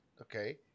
okay